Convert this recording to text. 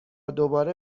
دوباره